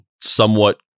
somewhat